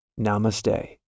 Namaste